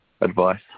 advice